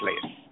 place